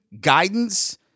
guidance